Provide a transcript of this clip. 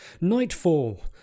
Nightfall